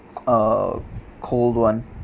a cold [one]